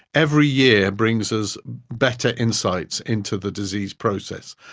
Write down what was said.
every year brings us better insights into the disease process,